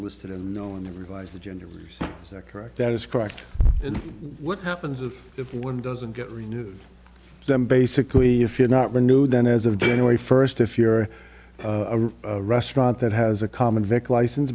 listed and known the revise the genders is that correct that is correct and what happens if if one doesn't get renewed them basically if you're not renewed then as of january first if your restaurant that has a common vic lice